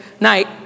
night